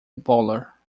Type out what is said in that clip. bowler